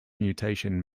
mutation